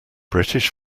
british